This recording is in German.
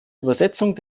übersetzung